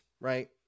right